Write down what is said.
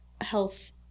health